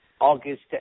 August